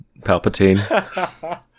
Palpatine